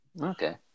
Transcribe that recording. Okay